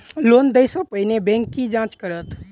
Loan देय सा पहिने बैंक की जाँच करत?